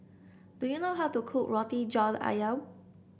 do you know how to cook Roti John ayam